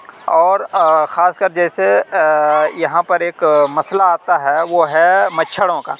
اور خاص کر جیسے یہاں پر ایک مسئلہ آتا ہے وہ ہے مچھروں کا